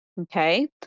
Okay